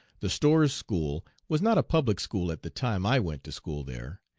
the storrs school was not a public school at the time i went to school there.